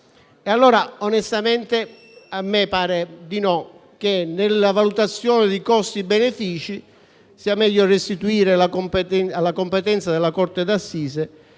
Onestamente a me pare che, nella valutazione di costi e benefici, sia meglio restituire alla competenza della corte d'assise